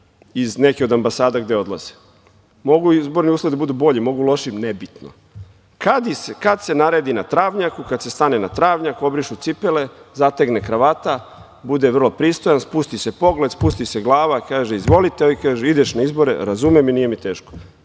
iz nekih ambasada gde odlaze. Mogu izborni uslovi da budu bolji, mogu lošiji, nebitno. Kad se naredi na travnjaku, kad se stane na travnjak, obrišu cipele, zategne kravata, bude vrlo pristojan, spusti se pogled, spusti se glava, kaže: „Izvolite“, ovi kažu: „Ideš na izbore“, „Razumem i nije mi teško.“